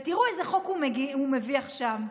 ותראו איזה חוק הוא מביא עכשיו.